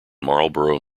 marlborough